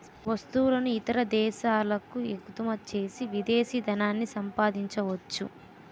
వస్తువులను ఇతర దేశాలకు ఎగుమచ్చేసి విదేశీ ధనాన్ని సంపాదించొచ్చు